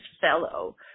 fellow